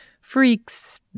freaks